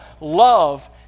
love